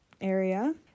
area